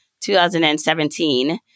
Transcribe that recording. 2017